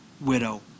widow